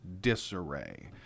disarray